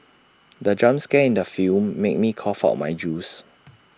the jump scare in the film made me cough out my juice